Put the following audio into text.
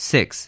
Six